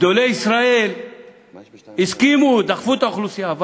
גדולי ישראל הסכימו, דחפו את האוכלוסייה.